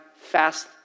fast